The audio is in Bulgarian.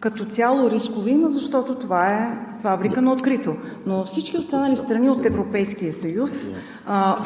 Като цяло рискове има, защото това е фабрика на открито. Но всички останали страни от Европейския съюз